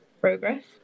progress